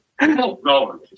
No